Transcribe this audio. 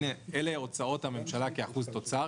אלה הוצאות הממשלה כאחוז מהתוצר.